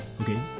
Okay